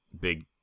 big